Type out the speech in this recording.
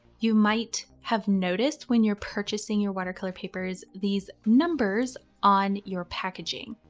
you might have noticed when you're purchasing your watercolor papers, these numbers on your packaging.